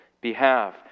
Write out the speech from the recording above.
behalf